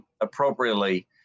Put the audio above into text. appropriately